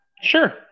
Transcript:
Sure